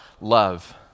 love